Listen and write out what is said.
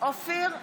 אופיר כץ,